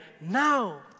now